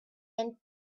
and